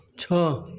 छः